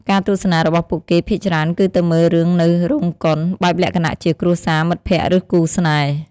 ការទស្សនារបស់ពួកគេភាគច្រើនគឺទៅមើលរឿងនៅរោងកុន បែបលក្ខណៈជា គ្រួសារ មិត្តភក្តិ ឬគូស្នេហ៍ ។